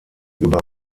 über